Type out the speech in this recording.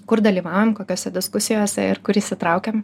kur dalyvaujam kokiose diskusijose ir kur įsitraukiam